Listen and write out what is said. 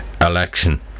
election